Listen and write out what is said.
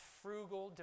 frugal